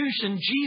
Jesus